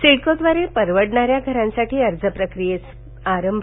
सिडकोद्वारे परवडणाऱ्या घरांसाठी अर्ज प्रक्रियेस आरंभ